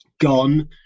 gone